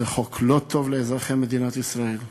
זה חוק לא טוב לאזרחי מדינת ישראל,